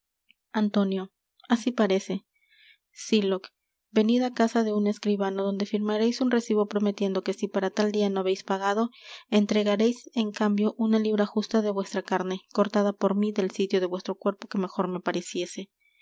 antonio así parece sylock venid á casa de un escribano donde firmaréis un recibo prometiendo que si para tal dia no habeis pagado entregaréis en cambio una libra justa de vuestra carne cortada por mí del sitio de vuestro cuerpo que mejor me pareciere